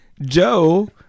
Joe